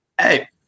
Hey